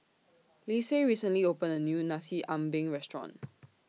Lise recently opened A New Nasi Ambeng Restaurant